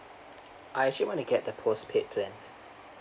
I actually want to get the postpaid plans